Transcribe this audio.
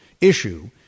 issue